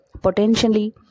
potentially